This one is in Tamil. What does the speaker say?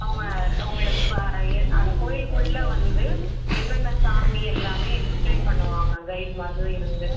அவங்க உங்களுக்கு அந்த கோயிலுக்குள்ள வந்து என்னென்ன சாமி எல்லாமே எக்ஸ்ப்ளைன் பண்ணுவாங்க கைடு மாதிரி இருந்து